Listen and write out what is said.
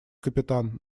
капитан